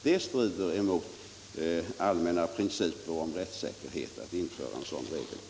Det strider emot allmänna principer om rättssäkerheten att införa en sådan regel.